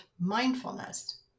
mindfulness